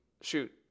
shoot